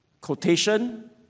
quotation